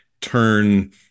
turn